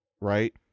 right